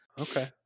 okay